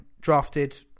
drafted